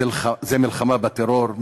זה מלחמה בטרור?